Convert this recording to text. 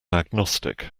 agnostic